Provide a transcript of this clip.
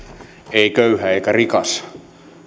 ei köyhä eikä rikas